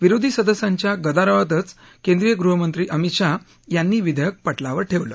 विरोधी सदस्यांच्या गदारोळातच केंद्रीय गृहमंत्री अमित शहा यांनी विधेयक पटलावर ठेवलं